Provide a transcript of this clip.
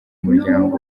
muryango